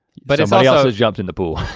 but else yeah else has jumped in the pool.